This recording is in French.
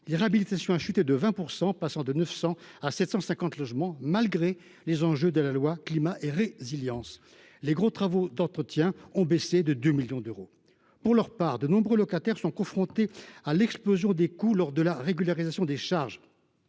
Les réhabilitations ont décru de 20 %, passant de 900 à 750 logements, malgré les enjeux que traduit la loi Climat et Résilience. Les montants consacrés aux gros travaux d’entretien ont baissé de 2 millions d’euros. Pour leur part, de nombreux locataires sont confrontés à l’explosion des coûts lors de la régularisation des charges.